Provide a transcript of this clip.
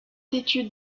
d’étude